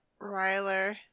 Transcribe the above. Ryler